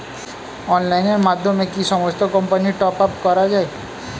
অনলাইনের মাধ্যমে কি সমস্ত কোম্পানির টপ আপ করা যায়?